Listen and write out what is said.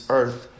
earth